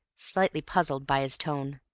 slightly puzzled by his tone.